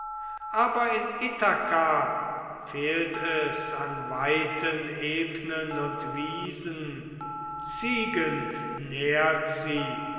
aber in ithaka fehlt es an weiten ebnen und wiesen ziegen nährt sie